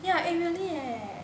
yeah eh really leh